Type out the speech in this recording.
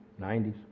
90s